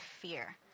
fear